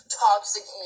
toxic